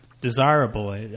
desirable